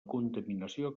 contaminació